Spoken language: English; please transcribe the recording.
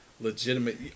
legitimate